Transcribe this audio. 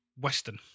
Western